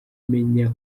menya